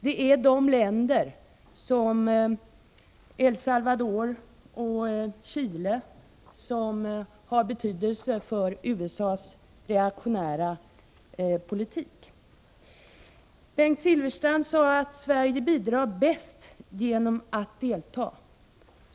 Det är länder, såsom El Salvador och Chile, som har betydelse för USA:s reaktionära politik. Bengt Silfverstrand sade att Sverige bidrar bäst genom att delta.